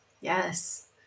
Yes